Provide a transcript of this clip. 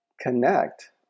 connect